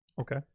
Okay